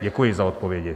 Děkuji za odpovědi.